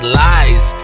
lies